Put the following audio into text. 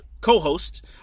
co-host